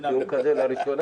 ראשונה